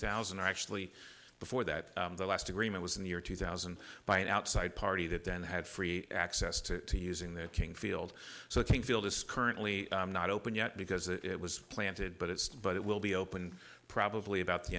thousand actually before that the last agreement was in the year two thousand by an outside party that then had free access to using the king field so i think field is currently not open yet because it was planted but it's but it will be opened probably about the